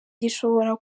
gishobora